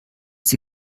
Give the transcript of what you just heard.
sie